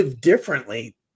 differently